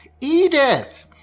Edith